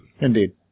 Indeed